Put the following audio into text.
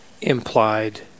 implied